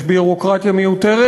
יש ביורוקרטיה מיותרת?